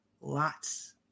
lots